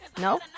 No